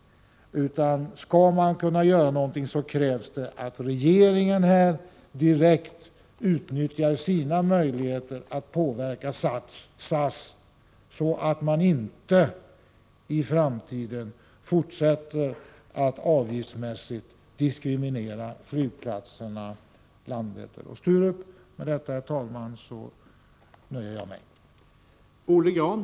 Om man skall kunna göra någonting krävs det att regeringen direkt utnyttjar sina möjligheter att påverka SAS, så att företaget inte i framtiden fortsätter att avgiftsmässigt diskriminera flygplatserna Landvetter och Sturup. Herr talman! Jag nöjer mig med dessa kommentarer.